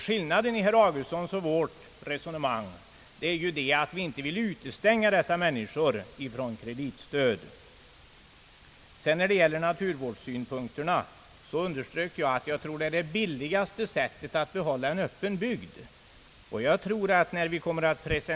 Skillnaden i herr Augustssons och vårt resonemang är att vi inte vill utestänga dessa människor från kreditstödet. Vad gäller naturvårdssynpunkterna vill jag framhålla att det bästa sättet att behålla en öppen bygd är att människorna får möjlighet att bruka jorden.